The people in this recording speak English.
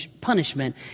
punishment